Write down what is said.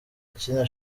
akina